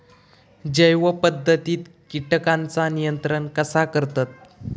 जैव पध्दतीत किटकांचा नियंत्रण कसा करतत?